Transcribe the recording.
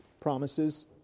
promises